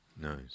Nice